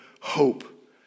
hope